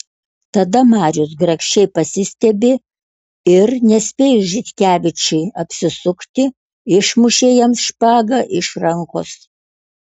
tada marius grakščiai pasistiebė ir nespėjus žitkevičiui apsisukti išmušė jam špagą iš rankos